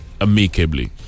amicably